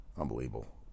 Unbelievable